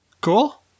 Cool